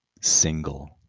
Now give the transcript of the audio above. single